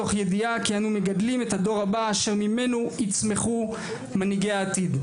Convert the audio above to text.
מתוך ידיעה כי אנו מגדלים את הדור הבא אשר ממנו יצמחו מנהיגי העתיד.